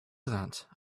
that